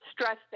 stress